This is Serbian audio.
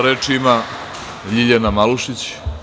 Reč ima Ljiljana Malušić.